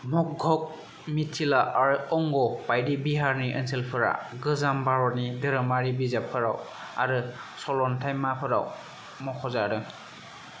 मगध मिथिला आरो अंग बायदि बिहारनि ओनसोलफोरा गोजाम भारतनि धोरोमारि बिजाबफोराव आरो सलन्थायमाफोराव मख'जादों